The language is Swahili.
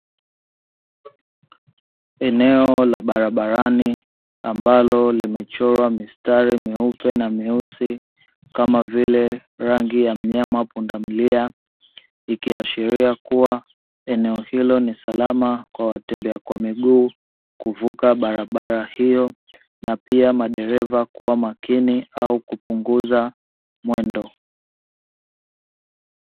Eneo ka barabarani ambalo limechorwa mistari myeupe na myeusi kama vile rangi ya mnyama punda milia, ikiashiria kuwa eneo hilo ni salama kwa watembea kwa miguu kuvuka barabara hiyo na pia madereva kuwa makini au kupunguza mwendo.